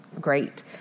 great